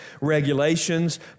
regulations